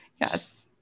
Yes